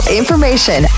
information